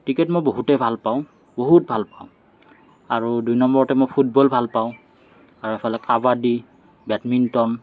cricket মই বহুতেই ভাল পাওঁ বহুত ভাল পাওঁ আৰু দুই নম্বৰতে মই ফুটবল ভাল পাওঁ আৰু এইফালে কাবাডী বেডমিণ্টন